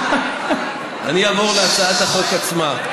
אני אעבור להצעת החוק עצמה.